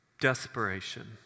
Desperation